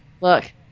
look